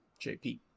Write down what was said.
jp